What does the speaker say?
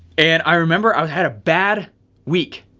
and i remember i had a bad week,